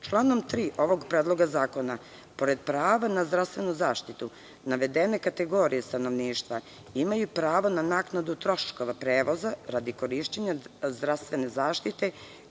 3. ovog predloga zakona, pored prava na zdravstvenu zaštitu, navedene kategorije stanovništva imaju pravo na naknadu troškova prevoza radi korišćenja zdravstvene zaštite,